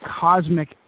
cosmic